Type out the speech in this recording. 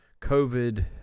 COVID